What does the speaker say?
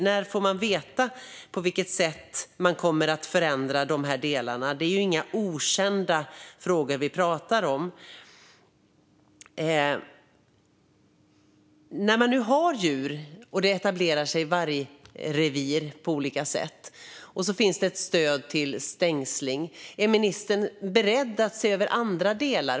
När får man veta på vilket sätt dessa delar kommer att förändras? Det är ju inga okända frågor vi pratar om. När man har djur och det etablerar sig vargrevir på olika sätt finns det ett stöd till stängsling. Är ministern beredd att se över andra delar?